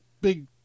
big